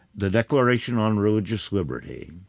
the declaration on religious liberty,